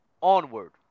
onward